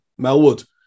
Melwood